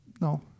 No